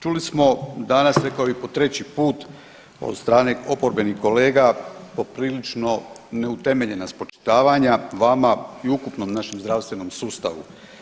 Čuli smo danas i rekao je po treći put od strane oporbene kolega poprilično neutemeljena spočitavanja vama i ukupnom našem zdravstvenom sustavu.